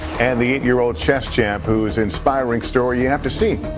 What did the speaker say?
and the eight year old chess champ whose inspiring story you have to see.